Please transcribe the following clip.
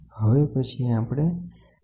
હવે પછી આપણે પીઝો ઈલેક્ટ્રીક વિશે જોઈએ